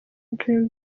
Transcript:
dream